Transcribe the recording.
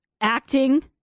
acting